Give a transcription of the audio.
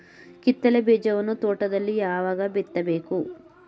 ಕಿತ್ತಳೆ ಬೀಜವನ್ನು ತೋಟದಲ್ಲಿ ಯಾವಾಗ ಬಿತ್ತಬೇಕು?